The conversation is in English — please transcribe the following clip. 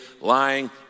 lying